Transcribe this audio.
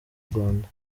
rwanda